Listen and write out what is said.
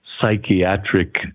psychiatric